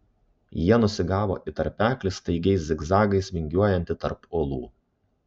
jie nusigavo į tarpeklį staigiais zigzagais vingiuojantį tarp uolų